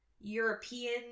European